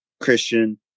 Christian